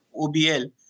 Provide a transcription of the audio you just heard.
OBL